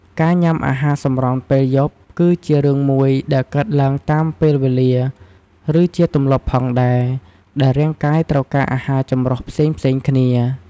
ការញ៉ាំអាហារសម្រន់ពេលយប់ គឺជារឿងមួយដែលកើតឡើងតាមពេលវេលា ឬជាទម្លាប់ផងដែរ ដែលរាងកាយត្រូវការអាហារចម្រុះផ្សេងៗគ្នា។